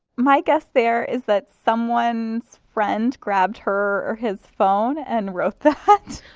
my guess there is that someone's friend grabbed her or his phone and wrote that.